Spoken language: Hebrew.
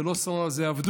זו לא שררה, זו עבדות.